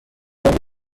رنگ